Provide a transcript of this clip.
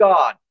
God